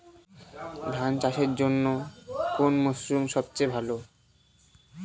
ধান চাষের জন্যে কোন মরশুম সবচেয়ে ভালো?